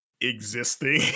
existing